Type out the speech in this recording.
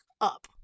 up